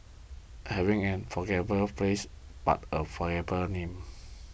having an unforgettable face but a forgettable name